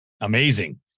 Amazing